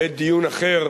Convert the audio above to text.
בעת דיון אחר,